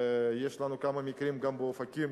ויש לנו כמה מקרים גם באופקים,